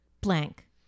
blank